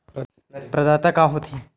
प्रदाता का हो थे?